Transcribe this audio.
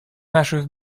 наших